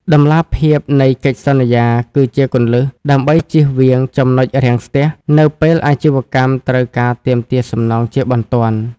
តម្លាភាពនៃកិច្ចសន្យាគឺជាគន្លឹះដើម្បីជៀសវាង ចំណុចរាំងស្ទះ នៅពេលអាជីវកម្មត្រូវការទាមទារសំណងជាបន្ទាន់។